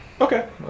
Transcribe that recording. Okay